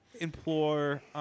implore